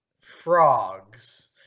Frogs